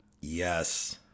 Yes